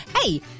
Hey